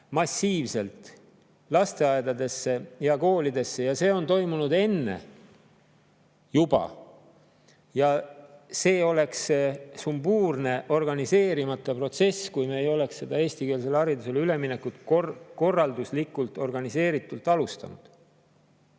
massiivselt [eesti] lasteaedadesse ja koolidesse, ja see on toimunud enne juba. See oleks sumbuurne organiseerimata protsess, kui me ei oleks seda eestikeelsele haridusele üleminekut alustanud korralduslikult organiseeritult.